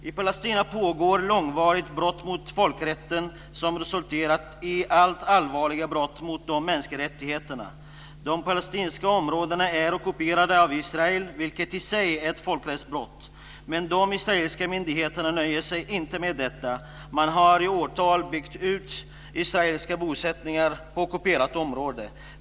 I Palestina pågår ett långvarigt brott mot folkrätten, som resulterat i allt allvarligare brott mot de mänskliga rättigheterna. De palestinska områdena är ockuperade av Israel, vilket i sig är ett folkrättsbrott. Men de israeliska myndigheterna nöjer sig inte med detta. Man har i åratal byggt ut israeliska bosättningar på ockuperat område.